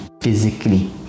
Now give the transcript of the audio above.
physically